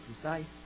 precise